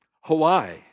Hawaii